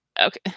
okay